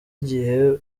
igihe